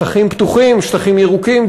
שטחים פתוחים ושטחים ירוקים,